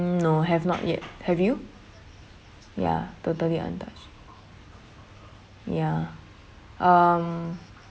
no have not yet have you ya totally untouched ya um